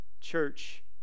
Church